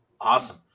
Awesome